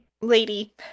lady